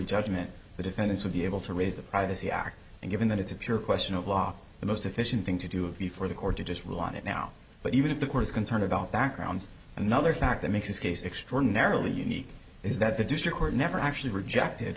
judgment the defendants would be able to raise the privacy act and given that it's a pure question of law the most efficient thing to do would be for the court to just rule on it now but even if the court is concerned about backgrounds another fact that makes this case extraordinarily unique is that the district court never actually rejected